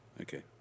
Okay